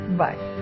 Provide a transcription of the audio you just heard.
bye